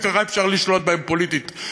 כי ככה אפשר לשלוט בהן פוליטית.